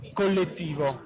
collettivo